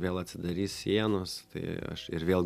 vėl atsidarys sienos tai aš ir vėl